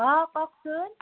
অঁ কওকচোন